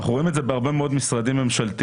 אנחנו רואים את זה בהרבה מאוד משרדים ממשלתיים,